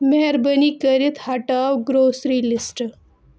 مہربٲنی کٔرِتھ ہٹاو گرٛوسری لِسٹہٕ